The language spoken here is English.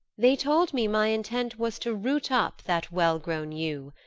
they told me my intent was to root up that well-grown yew,